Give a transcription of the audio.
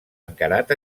encarat